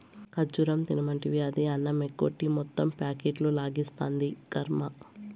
ఖజ్జూరం తినమంటివి, అది అన్నమెగ్గొట్టి మొత్తం ప్యాకెట్లు లాగిస్తాంది, కర్మ